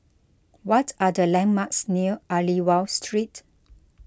what are the landmarks near Aliwal Street